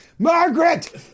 Margaret